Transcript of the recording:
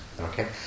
Okay